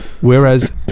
whereas